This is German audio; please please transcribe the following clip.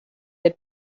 der